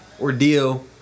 ordeal